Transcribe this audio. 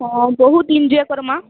ହଁ ବହୁତ୍ ଏନ୍ଜୟେ କର୍ମା